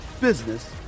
business